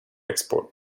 export